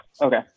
Okay